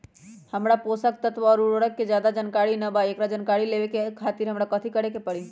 हमरा पोषक तत्व और उर्वरक के ज्यादा जानकारी ना बा एकरा जानकारी लेवे के खातिर हमरा कथी करे के पड़ी?